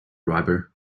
driver